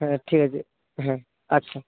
হ্যাঁ ঠিক আছে হুম আচ্ছা